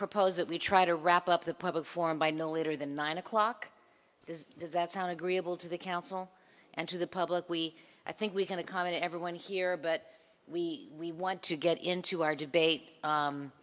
propose that we try to wrap up the public forum by no later than nine o'clock this does that sound agreeable to the council and to the public we i think we can accommodate everyone here but we we want to get into our debate